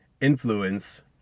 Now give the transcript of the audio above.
influence